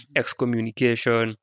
excommunication